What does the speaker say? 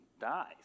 dies